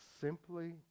simply